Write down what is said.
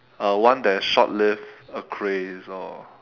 uh one that is short lived a craze or